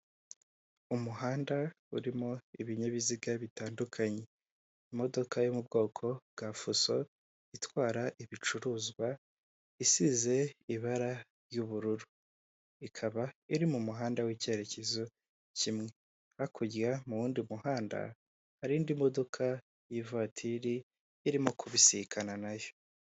Umuhanda urimo ibinyabiziga bitandukanye, imodoka yo mu bwoko bwa fuso itwara ibicuruzwa, isize ibara ry'ubururu. Ikaba iri mu muhanda w'icyerekezo kimwe, hakurya mu wundi muhanda hari indi modoka y'ivatiri irimo kubisikana nayo.